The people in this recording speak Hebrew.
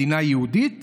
מדינה יהודית